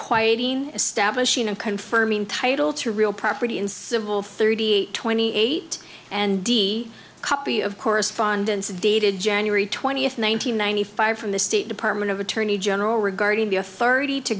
quieting establishing and confirming title to real property in civil thirty twenty eight and d copy of correspondence dated january twentieth one thousand nine hundred five from the state department of attorney general regarding the authority to